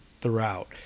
throughout